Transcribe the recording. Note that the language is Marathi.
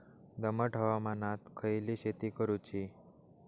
दमट हवामानात खयली शेती करूची?